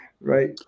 right